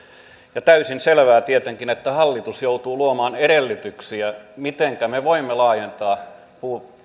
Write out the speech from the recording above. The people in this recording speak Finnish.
on täysin selvää tietenkin että hallitus joutuu luomaan edellytyksiä mitenkä me voimme laajentaa